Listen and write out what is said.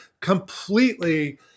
completely